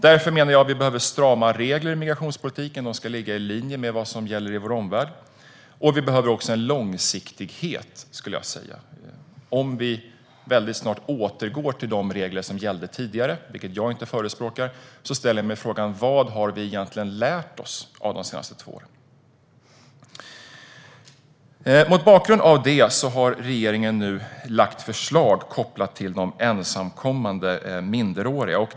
Därför menar jag att det behövs strama regler i migrationspolitiken. De ska ligga i linje med vad som gäller i vår omvärld. Vi behöver också en långsiktighet. Om vi snart återgår till de regler som gällde tidigare, vilket jag inte förespråkar, ställer jag mig frågan vad vi har lärt oss av de senaste två åren. Mot bakgrund av detta har regeringen lagt fram förslag kopplat till de ensamkommande minderåriga.